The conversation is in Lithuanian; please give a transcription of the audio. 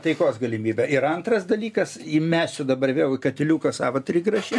taikos galimybę ir antras dalykas įmesiu dabar vėl į katiliuką savo trigrašį